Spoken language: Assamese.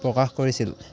প্ৰকাশ কৰিছিল